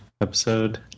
episode